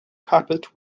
carpet